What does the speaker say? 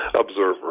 observer